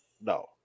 No